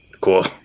Cool